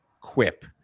quip